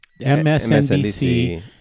MSNBC